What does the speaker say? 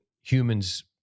humans